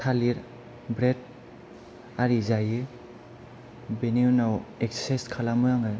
थालिर ब्रेड आरि जायो बेनि उनाव एक्सारसाइस खालमो आङो